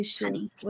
Honey